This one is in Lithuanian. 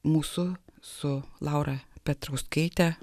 mūsų su laura petrauskaite